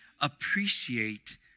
appreciate